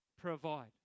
provide